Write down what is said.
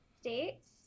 states